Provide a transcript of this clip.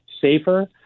safer